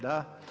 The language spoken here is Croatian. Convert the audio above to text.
Da.